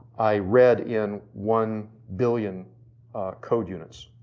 i read in one billion code units.